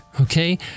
okay